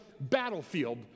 battlefield